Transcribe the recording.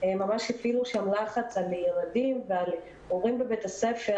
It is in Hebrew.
ממש הפעילו שם לחץ על הילדים ועל הורים בבית הספר